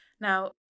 Now